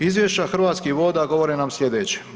Izvješća Hrvatskih voda govore nam slijedeće.